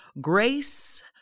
Grace